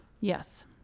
Yes